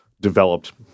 developed